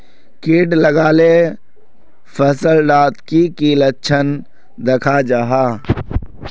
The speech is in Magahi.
किट लगाले फसल डात की की लक्षण दखा जहा?